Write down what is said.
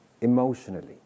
emotionally